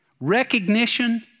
recognition